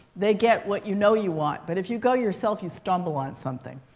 they get what you know you want. but if you go yourself, you stumble on something.